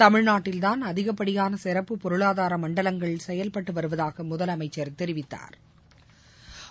தமிழ்நாட்டில்தான் அதிகபடியானசிறப்பு பொருளாதாரமண்டலங்கள் செயல்பட்டுவருவதாகமுதலமைச்சர் தெரிவித்தாா்